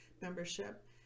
membership